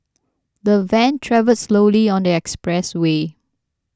the van travelled slowly on the expressway